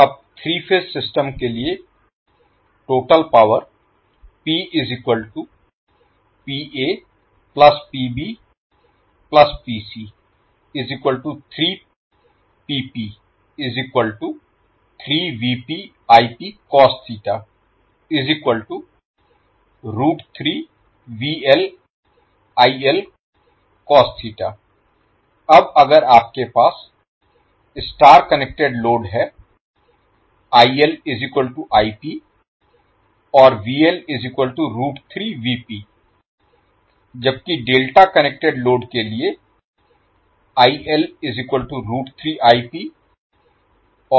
अब 3 phase system के लिए टोटल पावर अब अगर आपके पास स्टार कनेक्टेड लोड है और जबकि डेल्टा कनेक्टेड लोड के लिए और